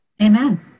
Amen